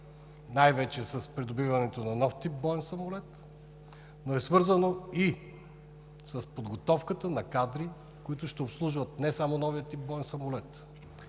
най-вече с придобиването на нов тип боен самолет, но и с подготовката на кадри, които ще обслужват не само новия тип боен самолет,